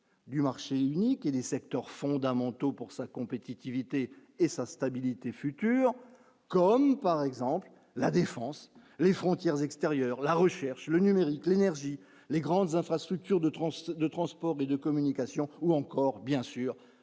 du marché unique et des secteurs fondamentaux pour sa compétitivité et sa stabilité future comme par exemple la défense les frontières extérieures, la recherche, le numérique, l'énergie, les grandes infrastructures de transport, de transport et de communication ou encore bien sûr